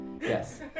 Yes